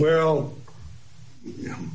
well you know